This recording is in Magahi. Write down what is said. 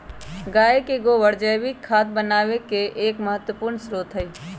गाय के गोबर जैविक खाद बनावे के एक महत्वपूर्ण स्रोत हई